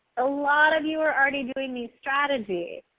a lot of you are already doing these strategies.